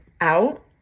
out